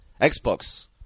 Xbox